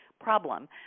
problem